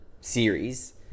series